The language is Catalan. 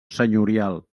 senyorial